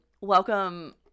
welcome